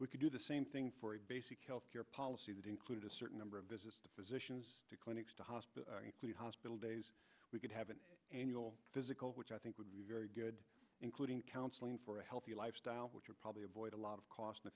we could do the same thing for a basic health care policy that include a certain number of visits to physicians to clinics to hospice hospital days we could have an annual physical which i think would be very good including counseling for a healthy lifestyle which would probably avoid a lot of cost